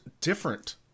different